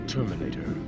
Terminator